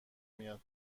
میاد